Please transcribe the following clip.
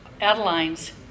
Adeline's